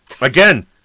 Again